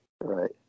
Right